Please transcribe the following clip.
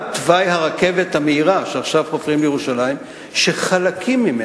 הכנסת מג'אדלה, בממשלה הזאת, זה ברור לי,